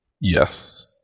Yes